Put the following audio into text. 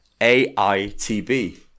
AITB